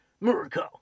Miracle